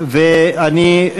ואני,